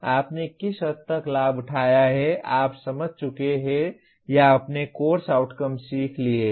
आपने किस हद तक लाभ उठाया है आप समझ चुके हैं या आपने कोर्स आउटकम्स सीख लिए हैं